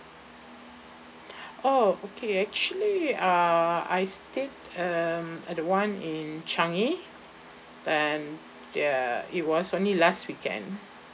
oh okay actually uh I stayed um at one in changi and ya it was only last weekend